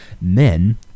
Men